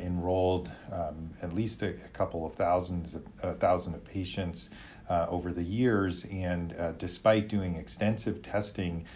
enrolled at least a couple of thousand thousand of patients over the years and despite doing extensive testing,